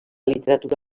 literatura